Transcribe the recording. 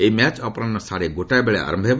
ଏହି ମ୍ୟାଚ୍ ଅପରାହ୍ନ ସାଢ଼େ ଗୋଟାଏବେଳେ ଆରମ୍ଭ ହେବ